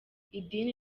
idini